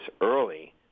early